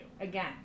again